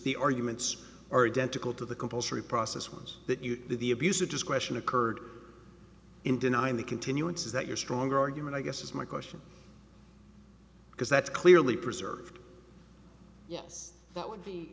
stay arguments are identical to the compulsory process was that the abuse of discretion occurred in denying the continuance is that your stronger argument i guess is my question because that's clearly preserved yes that would be